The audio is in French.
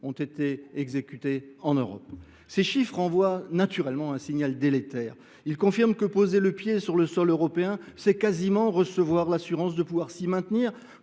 ont été exécutées en Europe… Ces chiffres envoient naturellement un signal délétère. Ils confirment que poser le pied sur le sol européen, c’est quasiment recevoir l’assurance de pouvoir s’y maintenir,